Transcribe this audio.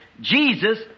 Jesus